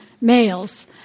males